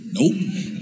Nope